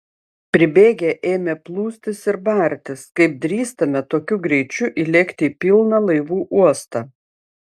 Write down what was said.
pribėgę ėmė plūstis ir bartis kaip drįstame tokiu greičiu įlėkti į pilną laivų uostą